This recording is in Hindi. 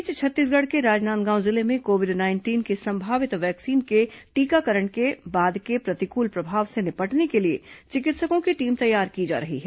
इस बीच छत्तीसगढ़ के राजनांदगांव जिले में कोविड नाइंटीन की संभावित वैक्सीन के टीकाकरण के बाद के प्रतिकूल प्रभाव से निपटने के लिए चिकित्सकों की टीम तैयार की जा रही है